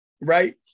right